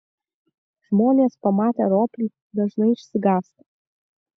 žmonės pamatę roplį dažnai išsigąsta